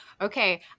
Okay